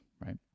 right